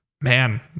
man